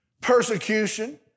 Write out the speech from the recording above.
persecution